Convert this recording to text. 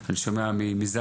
אני שומע מזק״א,